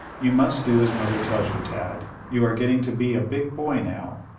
you must do as mother tells you, tad. you are getting to be a big boy now,